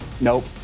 Nope